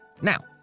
Now